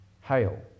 Hail